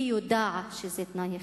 היא יודעת שזה תנאי הכרחי.